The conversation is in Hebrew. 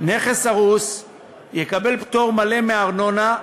נכס הרוס יקבל פטור מלא מארנונה,